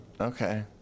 Okay